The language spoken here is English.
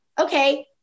Okay